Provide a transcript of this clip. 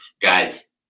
guys